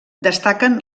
destaquen